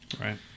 right